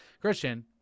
Christian